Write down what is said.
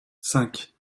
cinq